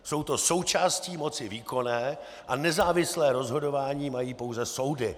Jsou to součásti moci výkonné a nezávislé rozhodování mají pouze soudy.